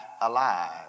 alive